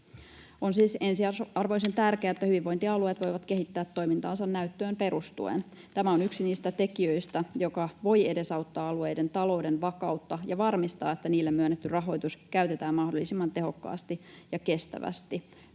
On siis ensiarvoisen tärkeää, että hyvinvointialueet voivat kehittää toimintaansa näyttöön perustuen. Tämä on yksi niistä tekijöistä, joka voi edesauttaa alueiden talouden vakautta ja varmistaa, että niille myönnetty rahoitus käytetään mahdollisimman tehokkaasti ja kestävästi.